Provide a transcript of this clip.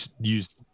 use